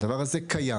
הדבר הזה קיים.